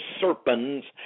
serpents